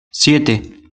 siete